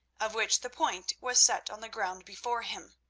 of which the point was set on the ground before him,